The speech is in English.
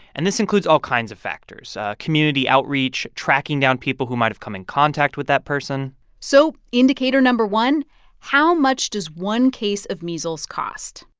and this includes all kinds of factors community outreach, tracking down people who might have come in contact with that person so indicator no. one how much does one case of measles cost?